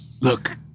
look